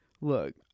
look